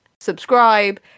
subscribe